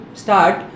start